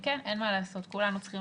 כן, אין מה לעשות, כולנו צריכים